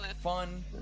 fun